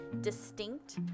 distinct